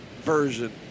version